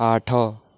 ଆଠ